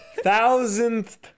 thousandth